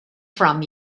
from